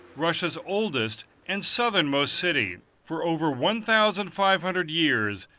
russia's oldest and southernmost city for over one thousand five hundred years,